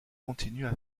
continuent